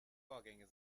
vorgänge